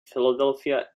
philadelphia